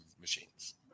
machines